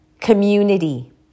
community